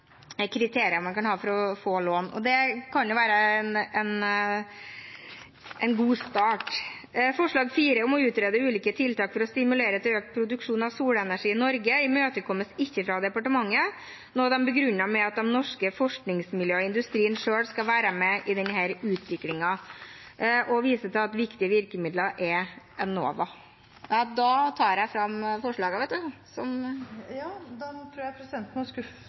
man kan ha for å få lån. Det kan være en god start. Forslag til vedtak I om å utrede ulike tiltak for å stimulere til økt produksjon av solenergi i Norge, imøtekommes ikke fra departementet, noe de begrunner med at de norske forskningsmiljøene og industrien selv skal være med i denne utviklingen, og de viser til at viktige virkemidler er etablert gjennom Enova. Tilskudd og tilrettelegging for energieffektive lavutslippsløsninger er viktig i arbeidet med å få ned klimagassutslipp og spare på energibruken. Jeg